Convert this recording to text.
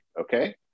Okay